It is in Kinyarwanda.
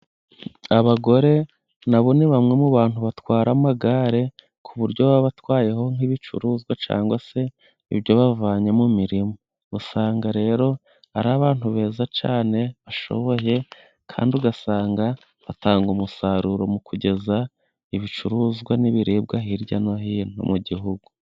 Abagore nabo ni bamwe, mu bantu batwara amagare, ku buryo baba twayeho nk'ibicuruzwa, cangwa se ibyo bavanye mu mirima, usanga rero ari abantu beza cyane, bashoboye kandi ugasanga batanga umusaruro, mu kugeza ibicuruzwa ,n'ibiribwa hirya no hino, mu gihugu.